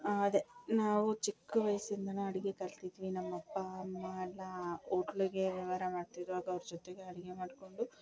ಅದೆ ನಾವು ಚಿಕ್ಕ ವಯ್ಸಿಂದಲೂ ಅಡುಗೆ ಕಲಿತಿದ್ವಿ ನಮ್ಮಪ್ಪ ಅಮ್ಮ ಎಲ್ಲ ಹೋಟ್ಲ್ಗೆ ವ್ಯವಹಾರ ಮಾಡ್ತಿದ್ರು ಆಗ ಅವ್ರ ಜೊತೆಗೆ ಅಡುಗೆ ಮಾಡಿಕೊಂಡು